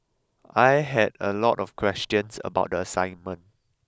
I had a lot of questions about the assignment